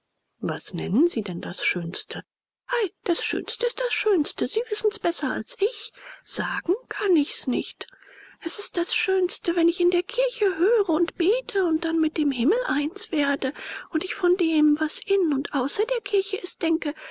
was nennen sie denn das schönste ei das schönste ist das schönste sie wissen's besser als ich sagen kann ich's nicht es ist das schönste wenn ich in der kirche höre und bete und dann mit dem himmel eins werde und ich von dem was in und außer der kirche ist denke